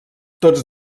tots